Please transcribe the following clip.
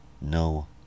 No